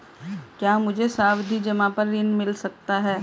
क्या मुझे सावधि जमा पर ऋण मिल सकता है?